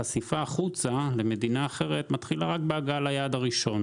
החשיפה למדינה אחרת מגיעה רק בהגעה ליעד הראשון,